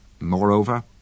Moreover